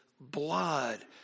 blood